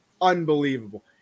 unbelievable